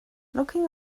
looking